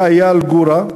היה אייל גורה,